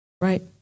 right